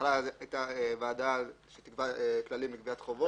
בהתחלה הייתה ועדה שתקבע כללים לגביית חובות.